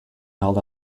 held